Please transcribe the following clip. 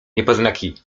niepoznaki